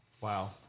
Wow